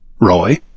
Roy